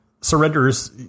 surrenders